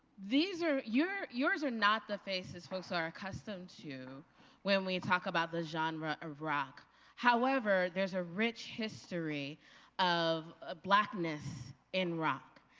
these are yours are not the faces folks are accustomed to when we talk about the genre of rock however, there is a rich history of ah blackness in rock,